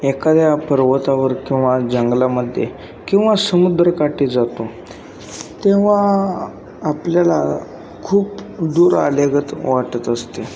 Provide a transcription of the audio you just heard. एखाद्या पर्वतावर किंवा जंगलामध्ये किंवा समुद्राकाठी जातो तेव्हा आपल्याला खूप दूर आल्यागत वाटत असते